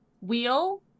wheel